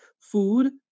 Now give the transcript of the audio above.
Food